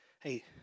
hey